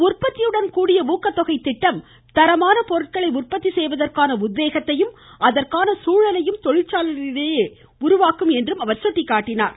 உற்பத்தியுடன் கூடிய ஊக்கத்தொகை திட்டம் தரமான பொருட்களை உற்பத்தி செய்வதற்கான உத்வேகத்தையும் அதற்கான சூழலையும் தொழிற்சாலைகளிடையே உருவாக்கும் என்று அவர் சுட்டிக்காட்டினார்